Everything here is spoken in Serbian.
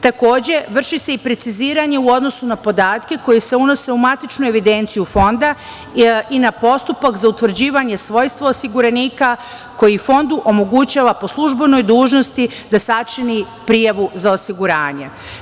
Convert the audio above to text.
Takođe, vrši se i preciziranje u odnosu na podatke koji se unose u matičnu evidenciju Fonda i na postupak za utvrđivanje svojstva osiguranika koji Fondu omogućava po službenoj dužnosti da sačini prijavu za osiguranje.